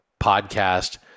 podcast